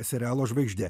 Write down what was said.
serialo žvaigždė